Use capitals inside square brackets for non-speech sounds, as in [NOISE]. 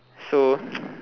so [NOISE]